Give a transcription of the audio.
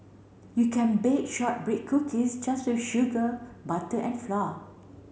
you can bake shortbread cookies just with sugar butter and flour